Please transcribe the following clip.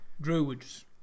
druids